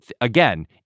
Again